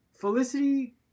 Felicity